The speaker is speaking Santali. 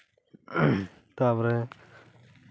ᱛᱟᱨᱯᱚᱨᱮ